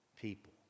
people